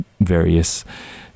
various